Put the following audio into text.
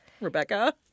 Rebecca